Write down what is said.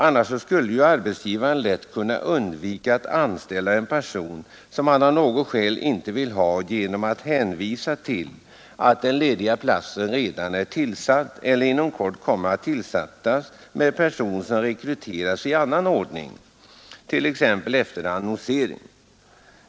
Annars skulle ju arbetsgivaren lätt kunna undvika att anställa en person, som han av något skäl inte vill ha, genom att hänvisa till att den lediga platsen redan är tillsatt eller inom kort kommer att tillsättas med person som har rekryterats i annan ordning, t.ex. efter annonsering.